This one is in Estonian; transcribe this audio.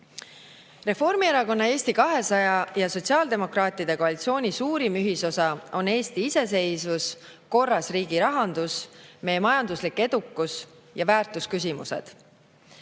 Reformierakonna, Eesti 200 ja sotsiaaldemokraatide koalitsiooni suurim ühisosa on Eesti iseseisvus, korras riigirahandus, meie majanduslik edukus ja väärtusküsimused.